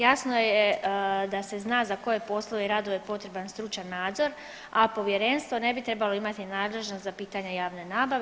Jasno je da se zna za koje poslove i radove je potreban stručan nadzor, a povjerenstvo ne bi trebalo imati nadležnost za pitanja javne nabave.